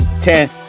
ten